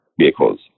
vehicles